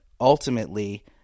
ultimately